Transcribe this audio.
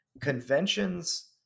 conventions